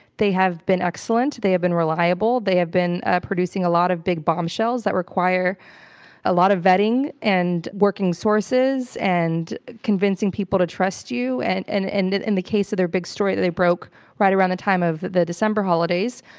they have been excellent. they have been reliable. they have been ah producing a lot of big bombshells that require a lot of vetting and working sources and convincing people to trust you and and and in the case of their big story they broke right around the time of the december holidays.